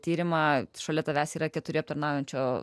tyrimą šalia tavęs yra keturi aptarnaujančio